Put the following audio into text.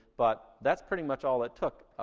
but that's pretty much all it took.